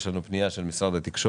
יש לנו פנייה של משרד התקשורת